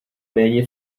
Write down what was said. méně